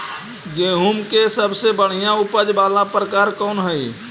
गेंहूम के सबसे बढ़िया उपज वाला प्रकार कौन हई?